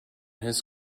his